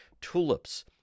tulips